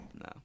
No